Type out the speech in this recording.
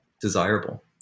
desirable